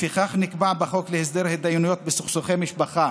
לפיכך נקבע בחוק להסדר התדיינויות בסכסוכי משפחה